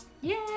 Yay